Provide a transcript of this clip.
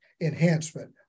enhancement